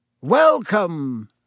Welcome